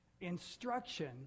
instruction